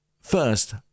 First